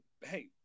Hey